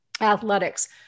athletics